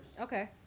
Okay